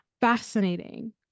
fascinating